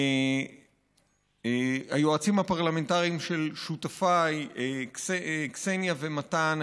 היועצים הפרלמנטריים של שותפיי קסניה ומתן,